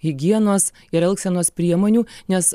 higienos ir elgsenos priemonių nes